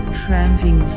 tramping